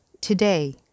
today